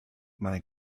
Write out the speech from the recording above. mae